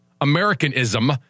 Americanism